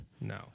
No